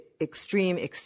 extreme